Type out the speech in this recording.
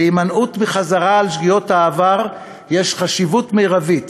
להימנעות מחזרה על שגיאות העבר יש חשיבות מרבית